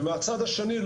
ומהצד השני,